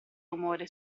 rumore